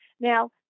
Now